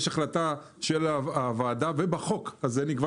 יש החלטה של הוועדה ובחוק הזה נקבע